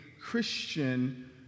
Christian